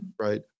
Right